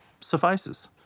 suffices